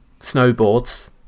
snowboards